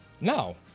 No